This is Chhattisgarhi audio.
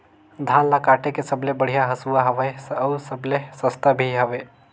धान ल काटे के सबले बढ़िया हंसुवा हवये? अउ सबले सस्ता भी हवे?